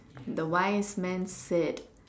the wise man said